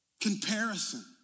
Comparison